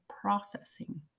processing